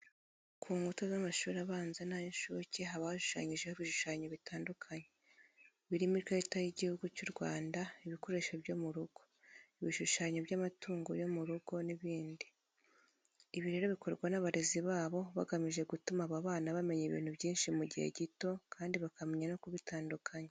Ku nkuta z'amashuri abanza n'ay'incuke haba hashushanyijeho ibishushanyo bitandukanye. Birimo ikarita y'Igihugu cy'u Rwanda, ibikoresho byo mu rugo, ibishushanyo by'amatungo yo mu rugo n'ibindi. Ibi rero bikorwa n'abarezi babo bagamije gutuma aba bana bamenya ibintu byinshi mu gihe gito kandi bakamenya no kubitandukanya.